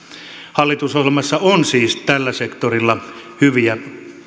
hallitusohjelmassa on siis tällä sektorilla hyviä